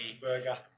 burger